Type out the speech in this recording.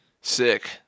Sick